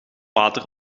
water